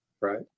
Right